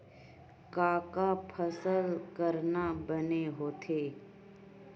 का का फसल करना बने होथे?